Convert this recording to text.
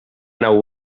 nau